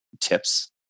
tips